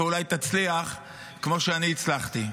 ואולי תצליח כמו שאני הצלחתי.